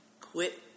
Quit